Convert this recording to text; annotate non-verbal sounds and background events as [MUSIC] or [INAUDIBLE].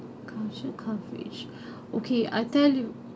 coverage [BREATH] okay I tell you